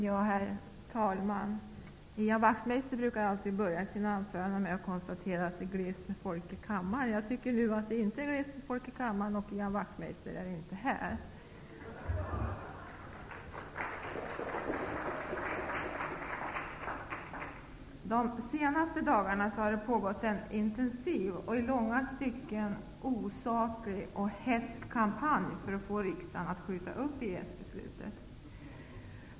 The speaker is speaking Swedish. Herr talman! Ian Wachtmeister brukar alltid inleda sina anföranden med att konstatera att det är glest med folk i kammaren. Jag tycker inte att det nu är brist på folk här, men Ian Wachtmeister är inte närvarande. De senaste dagarna har det pågått en intensiv och i långa stycken osaklig och hätsk kampanj för att få riksdagen att skjuta upp EES-beslutet.